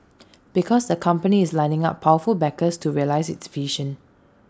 because the company is lining up powerful backers to realise its vision